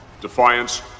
defiance